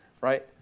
Right